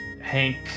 Hank